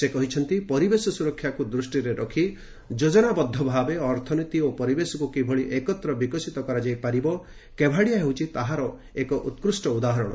ସେ କହିଛନ୍ତି ପରିବେଶ ସୁରକ୍ଷାକୁ ଦୃଷ୍ଟିରେ ରଖି ଯୋଜନାବଦ୍ଧ ଭାବେ ଅର୍ଥନୀତି ଓ ପରିବେଶକୁ କିଭଳି ଏକତ୍ର ବିକଶିତ କରାଯାଇପାରିବ କେୱାଡିଆ ହେଉଛି ତାହାର ଏକ ଉକ୍ଷ୍ଟ ଉଦାହରଣ